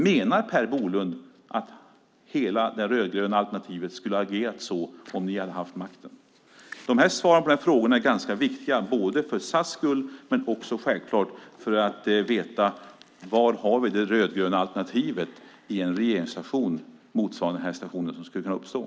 Menar Per Bolund att hela det rödgröna alternativet skulle ha agerat så om ni hade haft makten? Svaren på de här frågorna är ganska viktiga, både för SAS skull och för att veta var vi har det rödgröna alternativet i en regeringssituation motsvarande den här situationen.